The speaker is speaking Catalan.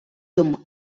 hume